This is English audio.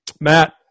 Matt